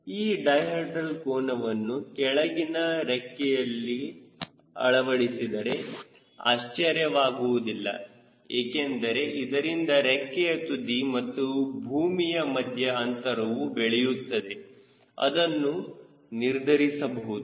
ಈ ಡೈಹೆಡ್ರಲ್ ಕೋನವನ್ನು ಕೆಳಗಿನ ರೆಕ್ಕೆಗೆ ಅಳವಡಿಸಿದರೆ ಆಶ್ಚರ್ಯವಾಗುವುದಿಲ್ಲ ಏಕೆಂದರೆ ಇದರಿಂದ ರೆಕ್ಕೆಯ ತುದಿ ಮತ್ತು ಭೂಮಿಯ ಮಧ್ಯ ಅಂತರವು ಬೆಳೆಯುತ್ತದೆ ಅದನ್ನು ನಿರ್ಧರಿಸಬಹುದು